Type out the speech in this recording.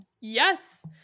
Yes